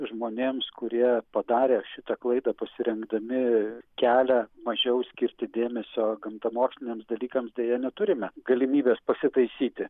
žmonėms kurie padarė šitą klaidą pasirinkdami kelią mažiau skirti dėmesio gamtamoksliniams dalykams deja neturime galimybės pasitaisyti